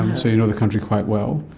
so you know the country quite well.